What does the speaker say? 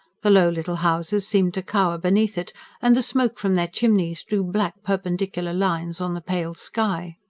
the low little houses seemed to cower beneath it and the smoke from their chimneys drew black, perpendicular lines on the pale sky.